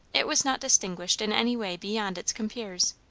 it was not distinguished in any way beyond its compeers.